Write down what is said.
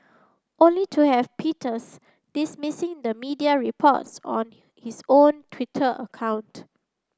only to have Peters dismissing the media reports on his own Twitter account